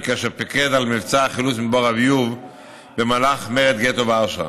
כאשר פיקד על מבצע החילוץ מבור הביוב במהלך גטו ורשה.